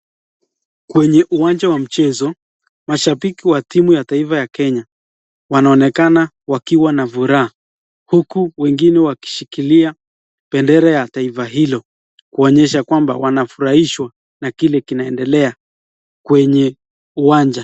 Kwenye uwanja wa mchezo, mashabiki wa timu ya kenya Wanaonekana wakiwa na furaha huku wengine wakionekana akishikilia bendera la taifa hilo kuoesha kuwa wanafurahia na kile kinaendelea kwenye uwanja.